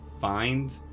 find